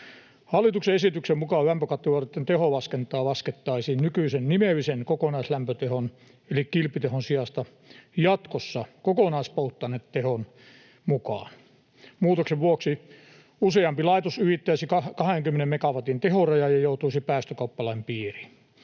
Hallituksen esityksen mukaan lämpökattiloitten teholaskentaa laskettaisiin nykyisen nimellisen kokonaislämpötehon eli kilpitehon sijasta jatkossa kokonaispolttoainetehon mukaan. Muutoksen vuoksi useampi laitos ylittäisi 20 megawatin tehorajan ja joutuisi päästökauppalain piiriin.